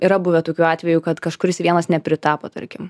yra buvę tokių atvejų kad kažkuris vienas nepritapo tarkim